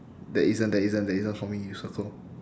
there isn't there isn't there isn't for me you circle